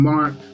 Mark